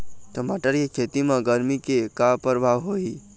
टमाटर के खेती म गरमी के का परभाव होही?